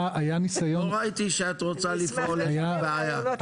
לא ראיתי שכשאת רוצה לפעול יש לך בעיה.